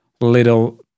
little